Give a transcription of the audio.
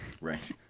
right